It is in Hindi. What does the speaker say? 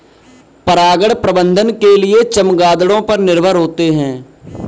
परागण प्रबंधन के लिए चमगादड़ों पर निर्भर होते है